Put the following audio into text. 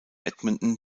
edmonton